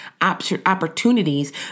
opportunities